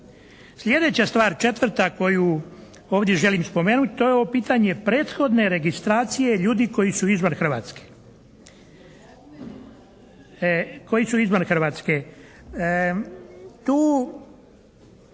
Sljedeća stvar, četvrta koju ovdje želim spomenuti, to je ovo pitanje prethodne registracije ljudi koji su izvan Hrvatske.